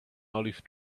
olive